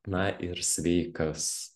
na ir sveikas